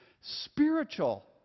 spiritual